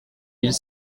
mille